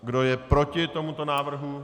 Kdo je proti tomuto návrhu?